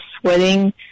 sweating